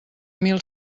mil